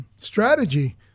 strategy